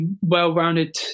well-rounded